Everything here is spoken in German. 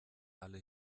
alle